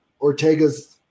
Ortega's